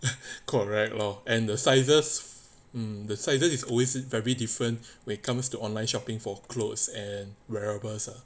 correct lor and the sizes mm the sizes is always very different when comes to online shopping for clothes and wearables ah